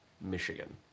Michigan